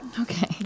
Okay